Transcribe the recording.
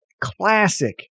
Classic